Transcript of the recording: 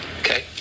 Okay